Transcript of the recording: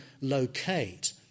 locate